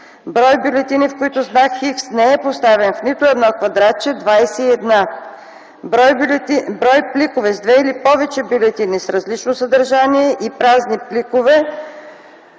Брой бюлетини, в които знак „Х” не е поставен в нито едно квадратче – 21. Брой пликове с две или повече бюлетини с различно съдържание и празни пликове